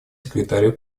секретарю